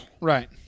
Right